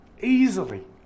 Easily